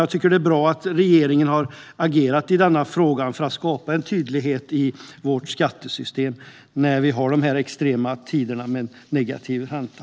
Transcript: Jag tycker att det är bra att regeringen har agerat i denna fråga för att skapa tydlighet i vårt skattesystem i dessa extrema tider med negativ ränta.